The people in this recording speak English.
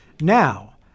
Now